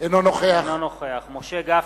אינו נוכח משה גפני,